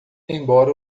embora